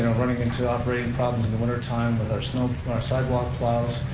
you know running into operating problems in the wintertime with our you know our sidewalk plows,